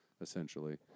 Essentially